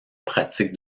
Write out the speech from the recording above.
pratiques